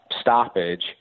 stoppage